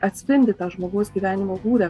atspindi tą žmogaus gyvenimo būdą